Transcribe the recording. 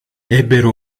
ebbero